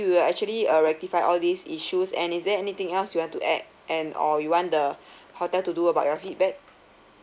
we will actually uh rectify all these issues and is there anything else you want to add and or you want the hotel to do about your feedback